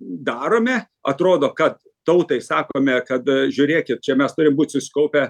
darome atrodo kad tautai sakome kad žiūrėkit čia mes turim būt susikaupę